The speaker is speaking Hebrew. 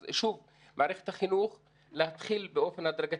אז שוב, מערכת החינוך להתחיל באופן הדרגתי.